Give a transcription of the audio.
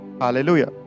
Hallelujah